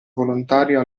volontario